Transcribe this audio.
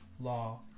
law